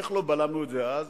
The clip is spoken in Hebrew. איך לא בלמנו את זה אז?